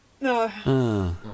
No